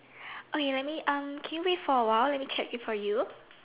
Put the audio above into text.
oh you let me um can you wait for a while let me check it for you